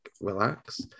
relax